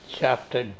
Chapter